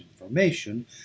information